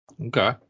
Okay